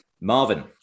Marvin